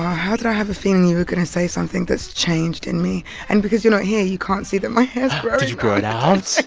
how did i have a feeling you were going to say something that's changed in me and because you know, here you can't see that my hair's growing did you grow it out?